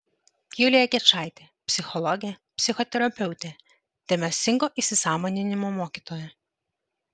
julija gečaitė psichologė psichoterapeutė dėmesingo įsisąmoninimo mokytoja